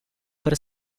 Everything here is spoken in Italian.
per